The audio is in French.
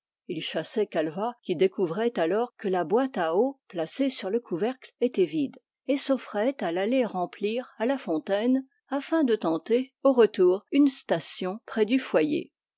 il chassait calvat qui découvrait alors que la boîte à eau placée sur le couvercle était vide et s'offrait à l'aller remplir à la fontaine afin de tenter au retour une station près du foyer